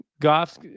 Goff's